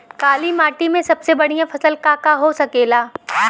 काली माटी में सबसे बढ़िया फसल का का हो सकेला?